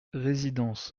résidence